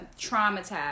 traumatized